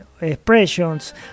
expressions